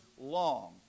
long